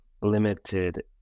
limited